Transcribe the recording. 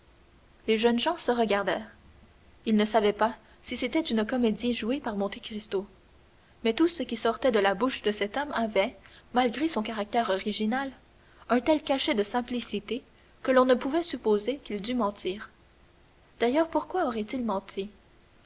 les jeunes gens se regardèrent ils ne savaient si c'était une comédie jouée par monte cristo mais tout ce qui sortait de la bouche de cet homme avait malgré son caractère original un tel cachet de simplicité que l'on ne pouvait supposer qu'il dût mentir d'ailleurs pourquoi aurait-il menti